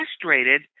frustrated